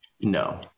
No